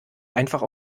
einfach